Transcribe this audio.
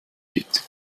eat